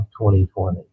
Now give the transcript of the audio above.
2020